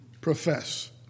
profess